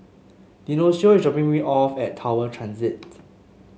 Dionicio is dropping me off at Tower Transit